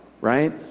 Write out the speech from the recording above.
Right